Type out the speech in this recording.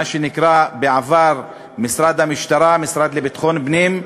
מה שנקרא בעבר משרד המשטרה, המשרד לביטחון פנים,